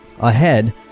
Ahead